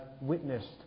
witnessed